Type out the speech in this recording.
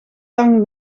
lang